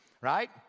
right